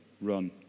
run